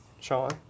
Sean